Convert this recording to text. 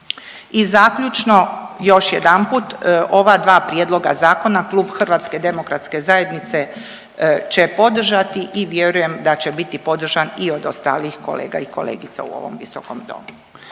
I zaključno još jedanput, ova dva prijedloga zakona Klub HDZ-a će podržati i vjerujem da će biti podržan i od ostalih kolega i kolegica u ovom visokom domu.